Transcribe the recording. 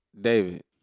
David